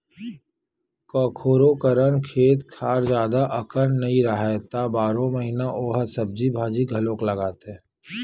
कखोरो करन खेत खार जादा अकन नइ राहय त बारो महिना ओ ह सब्जी भाजी घलोक लगाथे